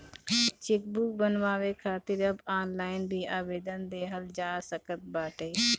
chequebook बनवावे खातिर अब ऑनलाइन भी आवेदन देहल जा सकत बाटे